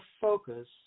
focus